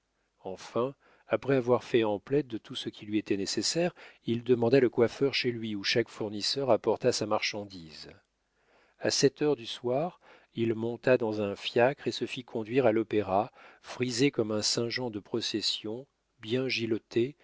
enfin après avoir fait emplette de tout ce qui lui était nécessaire il demanda le coiffeur chez lui où chaque fournisseur apporta sa marchandise a sept heures du soir il monta dans un fiacre et se fit conduire à l'opéra frisé comme un saint jean de procession bien